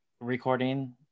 recording